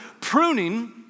Pruning